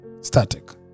static